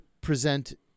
present